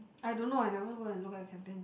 I don't know I never go and look at campaigns